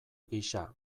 gisa